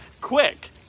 quick